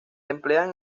emplean